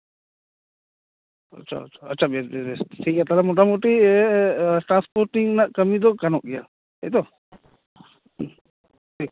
ᱟᱪᱪᱷᱟ ᱟᱪᱪᱷᱟ ᱛᱟᱞᱦᱮ ᱢᱚᱴᱟᱢᱩᱴᱤ ᱴᱨᱟᱱᱥᱯᱳᱨᱴᱤᱝ ᱨᱮᱱᱟᱜ ᱠᱟᱹᱢᱤ ᱫᱚ ᱜᱟᱱᱚᱜ ᱜᱮᱭᱟ ᱛᱟᱭᱛᱚ